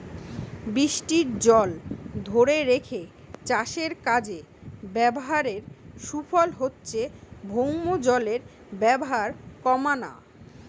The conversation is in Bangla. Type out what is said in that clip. বৃষ্টির জল ধোরে রেখে চাষের কাজে ব্যাভারের সুফল হচ্ছে ভৌমজলের ব্যাভার কোমানা